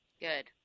good